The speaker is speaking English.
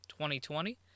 2020